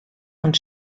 und